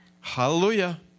Hallelujah